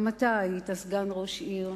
גם אתה היית סגן ראש העיר.